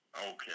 Okay